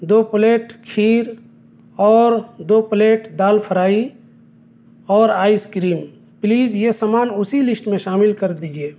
دو plate کھیر اور دو پلیٹ دال فرائی اور آئس کریم پلیز یہ سامان اسی لسٹ میں شامل کر دیجیے